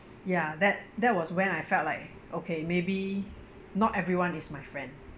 ya that that was when I felt like okay maybe not everyone is my friend